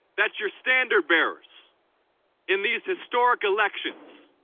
that's your standard bearers in these historic elections.